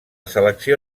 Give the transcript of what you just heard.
selecció